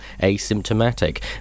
asymptomatic